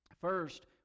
First